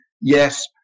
Yes